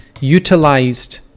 utilized